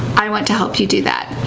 i want to help you do that.